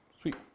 Sweet